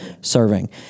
serving